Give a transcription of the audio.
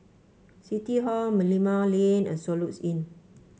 City Hall Merlimau Lane and Soluxe Inn